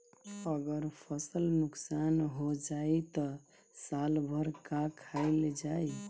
अगर फसल नुकसान हो जाई त साल भर का खाईल जाई